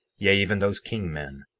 yea, even those king-men.